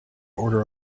order